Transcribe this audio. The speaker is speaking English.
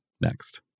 next